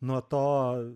nuo to